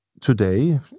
today